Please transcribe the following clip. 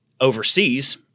overseas